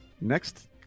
Next